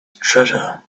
treasure